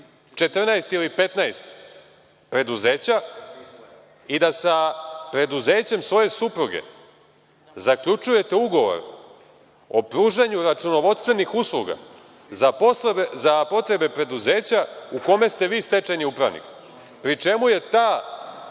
14 ili 15 preduzeća i da sa preduzećem svoje supruge zaključujete ugovor o pružanju računovodstvenih usluga za potrebe preduzeća u kome ste vi stečajni upravnik, pri čemu je ta